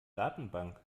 datenbank